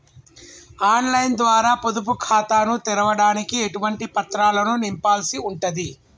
On line ద్వారా పొదుపు ఖాతాను తెరవడానికి ఎటువంటి పత్రాలను నింపాల్సి ఉంటది?